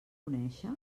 conèixer